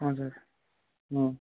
ହଁ ସାର୍ ହଁ